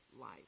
life